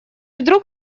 вдруг